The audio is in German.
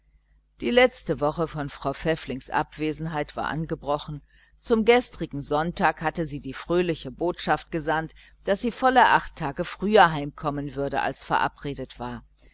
die letzte woche von frau pfäfflings abwesenheit war angebrochen zum gestrigen sonntag hatte sie die fröhliche botschaft gesandt daß sie volle acht tage früher heimkommen würde als verabredet war